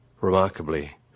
Remarkably